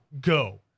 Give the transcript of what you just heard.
Go